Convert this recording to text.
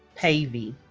pavey